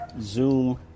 Zoom